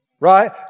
Right